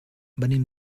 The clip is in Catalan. venim